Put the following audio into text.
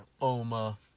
Oma